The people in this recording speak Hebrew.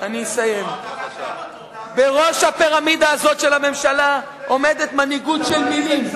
בראש הפירמידה הזאת של הממשלה עומדת מנהיגות של מלים,